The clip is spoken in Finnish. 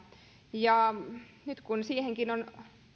ja nyt siihenkin on